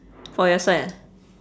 for your side ah